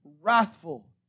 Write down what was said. wrathful